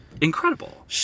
incredible